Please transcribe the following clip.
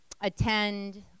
attend